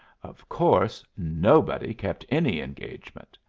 of course nobody kept any engagement.